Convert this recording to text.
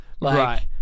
Right